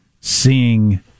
seeing